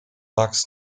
bugs